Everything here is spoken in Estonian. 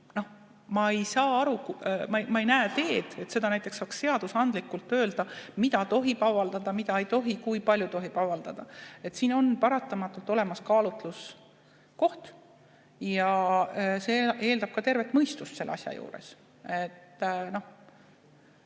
kaitse tõttu. Ma ei näe teed, et saaks seadusandlikult öelda, mida tohib avaldada, mida ei tohi, kui palju tohib avaldada. Siin on paratamatult olemas kaalutluskoht ja see eeldab ka tervet mõistust selle asja juures. Noh,